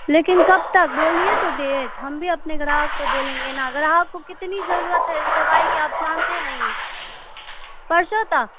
لیکن کب تک بولیے تو ڈیٹ ہم بھی اپنے گراہک کو بولیں گے نا گراہک کو کتنی ضرورت ہے اس دوائی کے آپ جانتے نہیں پرسوں تا